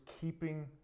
keeping